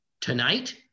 tonight